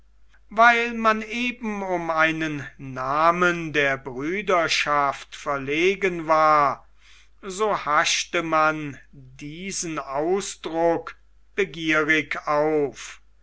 weil man eben um einen namen der brüderschaft verlegen war so haschte man diesen ausdruck begierig auf